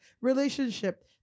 relationship